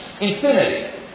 infinity